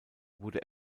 wurde